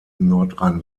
nordrhein